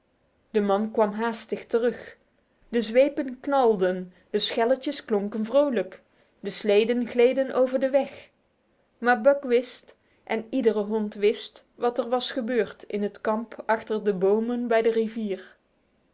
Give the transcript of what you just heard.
de man kwam haastig terug de zwepen knalden de schelletjes klonken vrolijk de sleden gleden over de weg maar buck wist en iedere hond wist wat er was gebeurd in het kamp achter de bomen bij de rivier